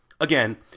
Again